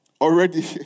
already